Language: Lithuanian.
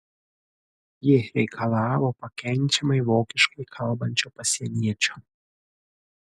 ji reikalavo pakenčiamai vokiškai kalbančio pasieniečio